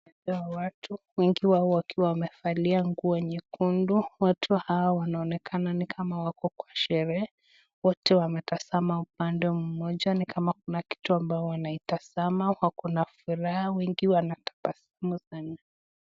Kuna watu, wengi wao wakiwa wamevalia nguo nyekundu. Watu hawa wanaonekana ni kama wako kwa sherehe. Wote wametazama upande mmoja ni kama kuna kitu ambao wanaitazama wako na furaha, wengi wanatabasamu sana.